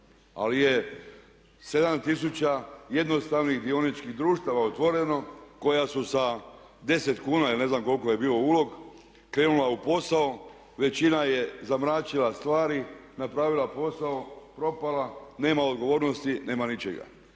ali je 7000 jednostavnih dioničkih društava otvoreno koja su sa 10 kuna ili ne znam koliko je bio ulog krenula u posao. Većina je zamračila stvari, napravila posao, propala, nema odgovornosti, nema ničega.